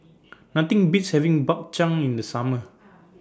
Nothing Beats having Bak Chang in The Summer